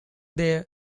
their